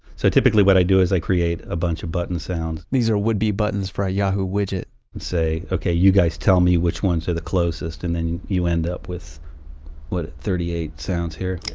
so typically what i do is i create a bunch of button sounds these are would-be buttons for a yahoo widget say, okay, you guys tell me which ones are the closest and then you end up with what? thirty eight sounds here